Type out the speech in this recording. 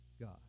God